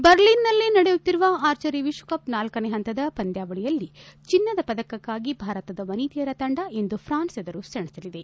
ಬರ್ಲಿನ್ನಲ್ಲಿ ನಡೆಯುತ್ತಿರುವ ಆರ್ಚರಿ ವಿಶ್ವಕಪ್ ನಾಲ್ತನೇ ಹಂತದ ಪಂದ್ಯಾವಳಿಯಲ್ಲಿ ಚಿನ್ನದ ಪದಕಕ್ನಾಗಿ ಭಾರತದ ವನಿತೆಯರ ತಂಡ ಇಂದು ಫ್ರಾನ್ಸ್ ಎದುರು ಸೆಣಸಲಿದೆ